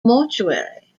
mortuary